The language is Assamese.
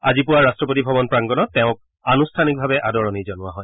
আজি পুৱা ৰাট্টপতি ভৱন প্ৰাংগনত তেওঁক আনুষ্ঠানিক ভাৱে আদৰণি জনোৱা হয়